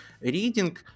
reading